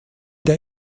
der